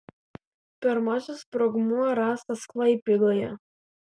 pirmasis sprogmuo rastas klaipėdoje